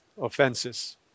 offenses